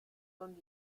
von